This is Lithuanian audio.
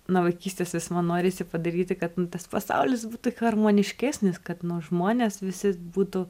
nuo vaikystės vis man norisi padaryti kad nu tas pasaulis būtų harmoniškesnis kad žmonės visi būtų